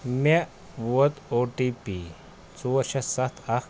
مےٚ ووت O T P ژور شےٚ سَتھ اَکھ